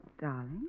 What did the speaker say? darling